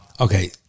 Okay